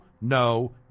no